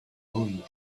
going